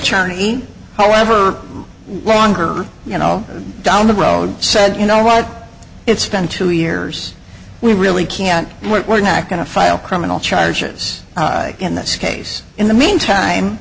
y however longer you know down the road said you know right it's been two years we really can't we're not going to file criminal charges in this case in the meantime